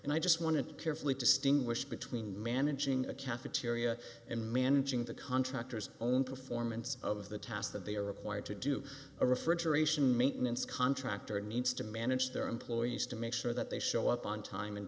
and i just want to carefully distinguish between managing a cafeteria and managing the contractors own performance of the tasks that they are required to do a refrigeration maintenance contractor needs to manage their employees to make sure that they show up on time and